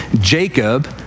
Jacob